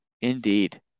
Indeed